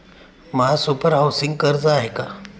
महासुपर हाउसिंग कर्ज आहे का?